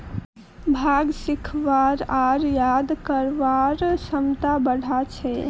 भांग सीखवार आर याद करवार क्षमता बढ़ा छे